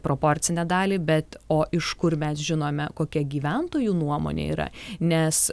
proporcinę dalį bet o iš kur mes žinome kokia gyventojų nuomonė yra nes